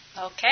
Okay